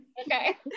Okay